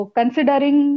considering